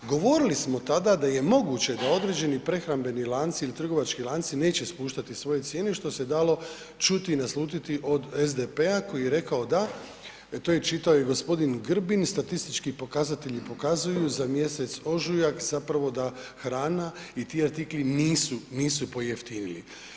Govorili smo tada da je moguće da određeni prehrambeni lanci ili trgovački lanci neće spuštati svoje cijene, što se dalo čuti i naslutiti od SDP-a koji je rekao da, to je čitao i g. Grbin i statistički pokazatelji pokazuju za mjesec ožujak zapravo da hrana i ti artikli nisu pojeftinili.